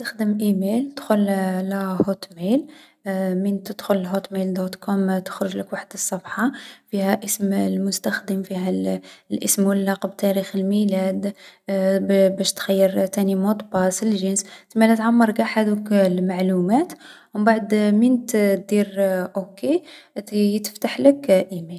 ادخل للهوت ميل. للصفحة الرئيسية. تخرج لك افتح حساب جديد. ادخل فيها و مبعد عمّر الخانات لي يخرجولك، نتاع الاسم و اللقب و كلمة المرور مودباس. عمّر قاع الخانات لي يخرجولك. و مبعد دير اوكي. يتفتح لك ايميل جديد و تقدر تخدم بيه.